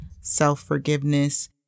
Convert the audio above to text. self-forgiveness